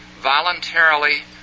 voluntarily